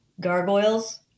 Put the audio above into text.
Gargoyles